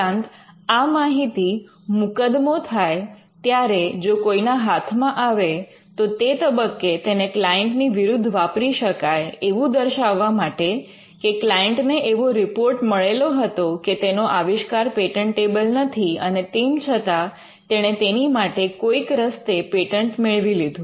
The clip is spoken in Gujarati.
ઉપરાંત આ માહિતી મુકદમો થાય ત્યારે જો કોઈના હાથમાં આવે તો તે તબક્કે તેને ક્લાયન્ટની વિરુદ્ધ વાપરી શકાય એવું દર્શાવવા માટે કે ક્લાયન્ટને એવો રિપોર્ટ મળેલો હતો કે તેનો આવિષ્કાર પેટન્ટેબલ નથી અને તેમ છતાં તેણે તેની માટે કોઈક રસ્તે પેટન્ટ મેળવી લીધું